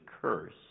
curse